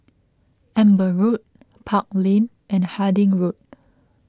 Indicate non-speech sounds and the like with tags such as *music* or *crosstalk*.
Amber Road Park Lane and Harding Road *noise*